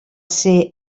ser